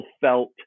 felt